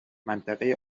منطقه